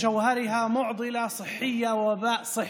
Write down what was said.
מובן שזו אינה טעות,